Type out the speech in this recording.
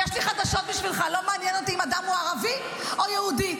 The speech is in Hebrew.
יש לי חדשות בשבילך: לא מעניין אותי אם אדם הוא ערבי או יהודי.